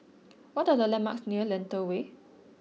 what are the landmarks near Lentor Way